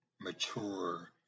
mature